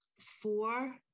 four